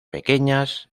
pequeñas